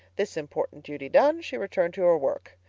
this important duty done, she returned to her work.